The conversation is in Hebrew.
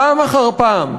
פעם אחר פעם,